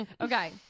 Okay